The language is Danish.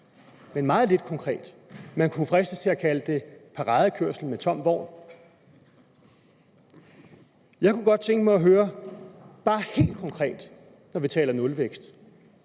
men meget lidt konkret. Man kunne fristes til at kalde det paradekørsel med tom vogn. Jeg kunne godt tænke mig bare helt konkret, når vi taler nulvækst,